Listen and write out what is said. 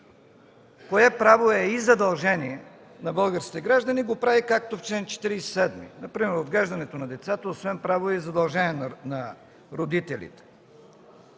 кое право е и задължение на българските граждани, го прави както в чл. 47. Например: „Отглеждането на децата освен право е и задължение на родителите”.